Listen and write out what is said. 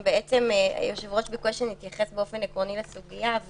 שהיושב-ראש התייחס באופן עקרוני לסוגיה,